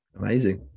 amazing